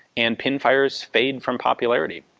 and pinfires fade from popularity.